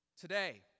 today